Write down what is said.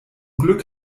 glück